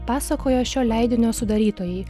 pasakojo šio leidinio sudarytojai